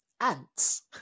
Ants